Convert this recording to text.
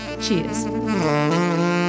Cheers